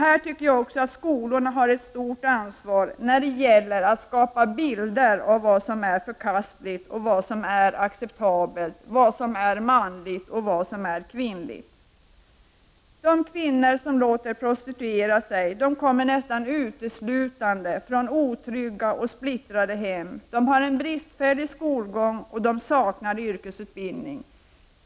Här tycker jag också att skolorna har ett stort ansvar när det gäller att skapa bilder av vad som är förkastligt och vad som är acceptabelt, vad som är manligt och vad som är kvinnligt. De kvinnor som låter prostituera sig kommer nästan uteslutande från otrygga och splittrade hem. De har en bristfällig skolgång, och de saknar yrkesutbildning.